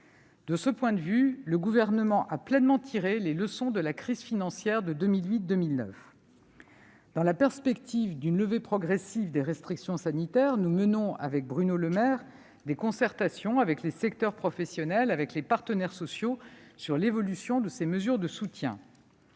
De ce point de vue, le Gouvernement a pleinement tiré les leçons de la crise financière de 2008-2009. Dans la perspective d'une levée progressive des restrictions sanitaires, nous menons, en compagnie de Bruno Le Maire, des concertations avec les secteurs professionnels et les partenaires sociaux sur l'évolution de ces mesures de soutien.